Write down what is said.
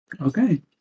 Okay